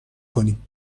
کنیم